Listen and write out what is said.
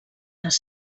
les